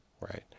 right